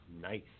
Nice